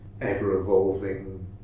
ever-evolving